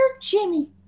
Jimmy